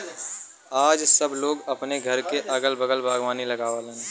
आज सब लोग अपने घरे क अगल बगल बागवानी लगावलन